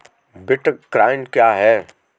Bitcoin क्या है?